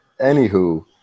Anywho